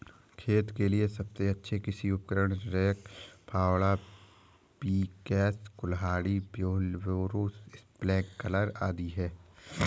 खेत के लिए सबसे अच्छे कृषि उपकरण, रेक, फावड़ा, पिकैक्स, कुल्हाड़ी, व्हीलब्रो, स्प्रिंकलर आदि है